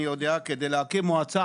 כדי להקים מועצה